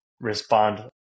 respond